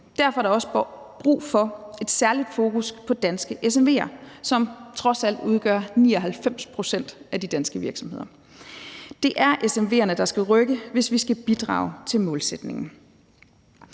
Derfor er der også brug for et særligt fokus på danske SMV'er, som trods alt udgør 99 pct. af de danske virksomheder. Det er SMV'erne, der skal rykke, hvis vi skal bidrage til at nå målsætningen.